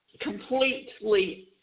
completely